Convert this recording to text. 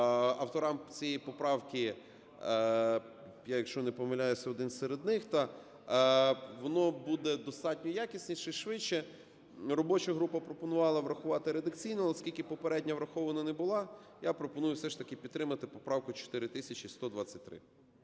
авторам цієї поправки, якщо не помиляюсь, я один серед них, воно буде достатньо якісніше і швидше. Робоча група пропонувала врахувати редакційно, але, оскільки попередня врахована не була, я пропоную все ж таки підтримати поправку 4123.